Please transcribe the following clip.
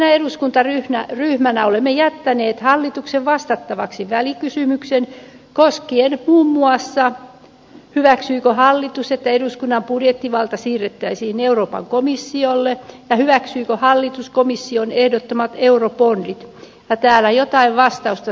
vastuullisena eduskuntaryhmänä olemme jättäneet hallituksen vastattavaksi välikysymyksen koskien muun muassa sitä hyväksyykö hallitus että eduskunnan budjettivalta siirrettäisiin euroopan komissiolle ja hyväksyykö hallitus komission ehdottamat eurobondit ja täällä jotain vastausta saatiin